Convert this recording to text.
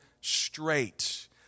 straight